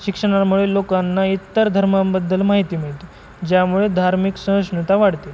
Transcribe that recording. शिक्षणामुळे लोकांना इतर धर्मांबद्दल माहिती मिळते ज्यामुळे धार्मिक सहिष्णुता वाढते